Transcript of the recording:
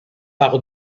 par